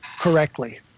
correctly